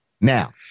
Now